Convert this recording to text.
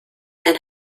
and